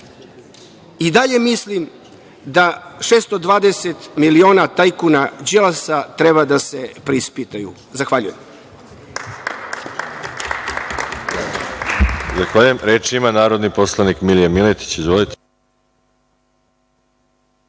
i dalje mislim da 620 miliona tajkuna Đilasa treba da se preispitaju. Zahvaljujem.